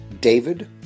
David